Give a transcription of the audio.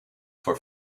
for